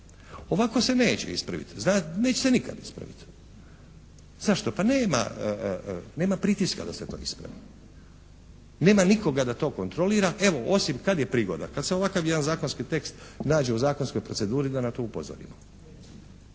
Ovako se neće ispraviti, neće se nikad ispravit. Zašto? Pa nema pritiska da se to ispravi. Nema nikoga da to kontrolira. Evo osim, kad je prigoda? Kad se ovakav jedan zakonski tekst nađe u zakonskoj proceduri da na to upozorimo.